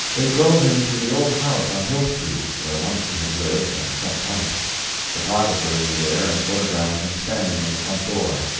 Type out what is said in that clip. they drove him to the old house on hill street, where once he had lived and set type photographers were there and photographed him standing at the front door.